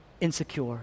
insecure